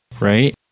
Right